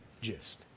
gist